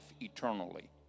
eternally